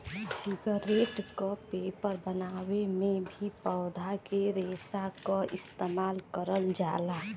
cigarette क paper बनावे में भी पौधा के रेशा क इस्तेमाल करल जाला